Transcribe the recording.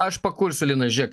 aš pakursiu linai žiūrėk